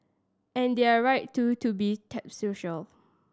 and they're right too to be sceptical